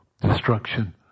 destruction